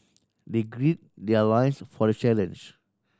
they gird their loins for the challenge